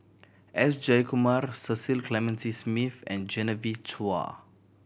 S Jayakumar Cecil Clementi Smith and Genevieve Chua